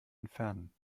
entfernen